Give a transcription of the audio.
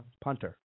punter